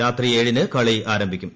രാത്രി ഏഴിന് കളി ആരംഭിക്കും